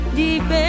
deep